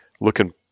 looking